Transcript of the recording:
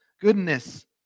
goodness